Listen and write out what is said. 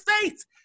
states